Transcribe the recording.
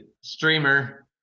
streamer